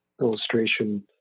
illustration